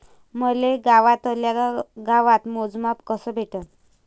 मले गावातल्या गावात मोजमाप कस भेटन?